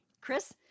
Chris